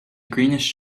greenish